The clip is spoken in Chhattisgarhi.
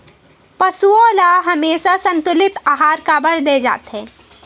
पशुओं ल हमेशा संतुलित आहार काबर दे जाथे?